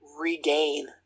regain